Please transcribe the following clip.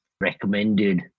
recommended